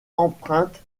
empreintes